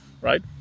right